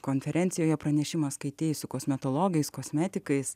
konferencijoje pranešimą skaitys su kosmetologais kosmetikai